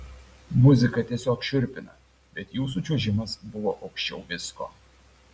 muzika tiesiog šiurpina bet jūsų čiuožimas buvo aukščiau visko